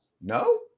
No